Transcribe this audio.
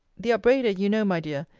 the upbraider, you know, my dear,